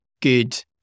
good